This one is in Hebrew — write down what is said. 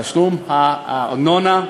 תשלום הארנונה,